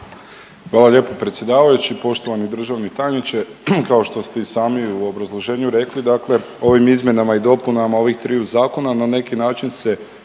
Hvala lijepo predsjedavajući. Poštovani državni tajniče kao što ste i sami u obrazloženju rekli, dakle ovim izmjenama i dopunama ovih triju zakona na neki način se